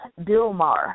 Dilmar